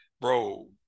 bro